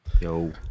yo